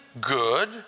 good